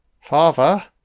Father